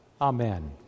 Amen